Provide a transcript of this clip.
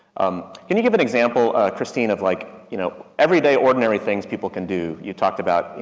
um, can you give an example, ah, christine of like, you know, everyday ordinary things people can do? you talked about, you